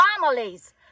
families